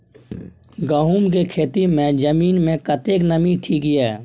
गहूम के खेती मे जमीन मे कतेक नमी ठीक ये?